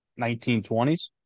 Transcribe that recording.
1920s